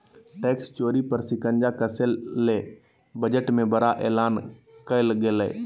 tax चोरी पर शिकंजा कसय ले बजट में बड़ा एलान कइल गेलय